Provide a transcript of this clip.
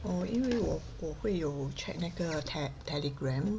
哦因为我我会有 check 那个 Te~ Telegram